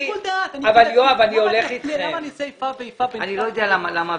אני לא יודע למה הוויכוח.